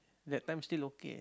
that time still okay